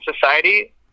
society